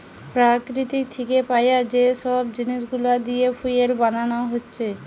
প্রকৃতি থিকে পায়া যে সব জিনিস গুলা দিয়ে ফুয়েল বানানা হচ্ছে